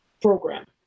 program